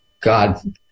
god